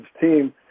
team